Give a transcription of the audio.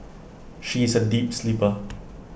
she is A deep sleeper